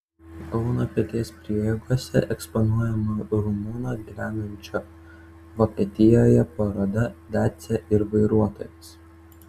kauno pilies prieigose eksponuojama rumuno gyvenančio vokietijoje paroda dacia ir vairuotojas